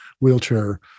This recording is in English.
wheelchair